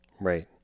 Right